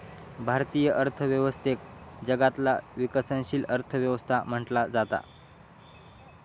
भारतीय अर्थव्यवस्थेक जगातला विकसनशील अर्थ व्यवस्था म्हटला जाता